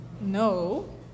No